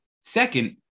Second